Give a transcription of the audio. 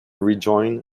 rejoined